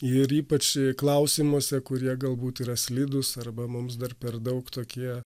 ir ypač jei klausimuose kurie galbūt yra slidūs arba mums dar per daug tokie